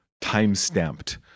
time-stamped